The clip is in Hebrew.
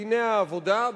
דיני העבודה,